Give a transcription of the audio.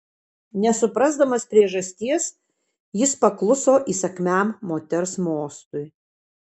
nesuprasdamas priežasties jis pakluso įsakmiam moters mostui